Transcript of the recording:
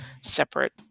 separate